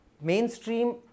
mainstream